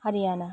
Haryana